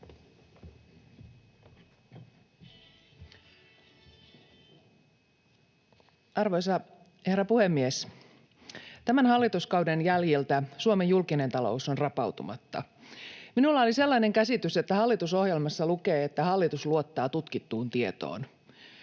Arvoisa herra puhemies! Tämän hallituskauden jäljiltä Suomen julkinen talous on rapautumassa. Minulla oli sellainen käsitys, että hallitusohjelmassa lukee, että hallitus luottaa tutkittuun tietoon.